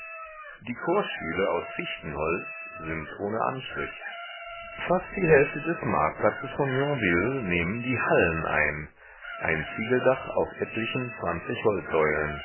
die chorstühle aus fichtenholz sind ohne anstrich fast die hälfte des marktplatzes von yonville nehmen die hallen ein ein ziegeldach auf etlichen zwanzig holzsäulen